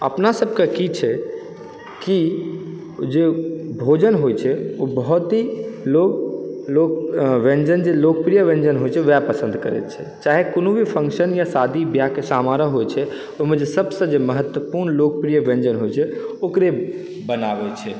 अपना सबके की छै की जे भोजन होइ छै ओ बहुत ही लोक लोक व्यंजन जे लोकप्रिय होइ छै वएह पसन्द करै छै चाहे कोनो भी फंक्शन या शादी बियाहके समारोह होइ छै ओइमे जे सबसँ जे महत्वपूर्ण लोकप्रिय व्यञ्जन होइ छै ओकरे बनाबै छै